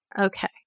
Okay